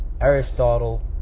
Aristotle